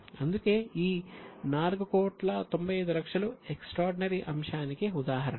అందుకే ఈ 4 కోట్ల 95 లక్షలు ఎక్స్ట్రార్డినరీ అంశానికి ఉదాహరణ